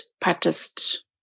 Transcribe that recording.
practiced